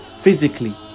physically